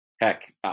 heck